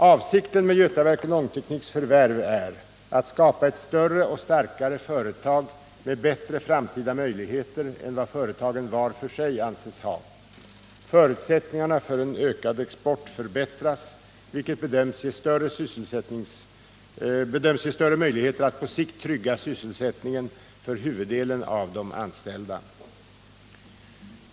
Avsikten med Götaverken Ångtekniks förvärv är att skapa ett större och starkare företag med bättre framtida möjligheter än vad företagen var för sig anses ha. Förutsättningarna för en ökad export förbättras, vilket bedöms ge större möjligheter att på sikt trygga sysselsättningen för huvuddelen av de anställda.